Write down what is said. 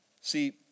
See